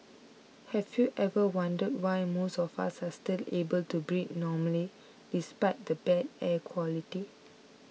have you ever wondered why most of us are still able to breathe normally despite the bad air quality